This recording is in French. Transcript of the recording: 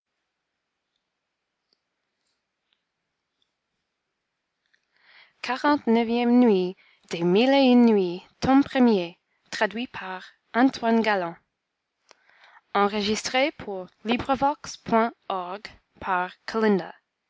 gutenberg's les mille et une nuits